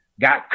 got